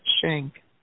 shank